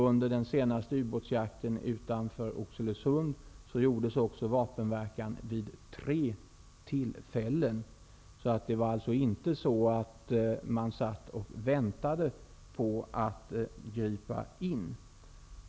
Under den senaste ubåtsjakten utanför Oxelösund gjordes också vapenverkan vid tre tillfällen. Man satt alltså inte och väntade på att gripa in.